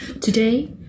Today